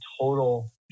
total